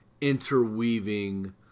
interweaving